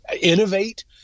innovate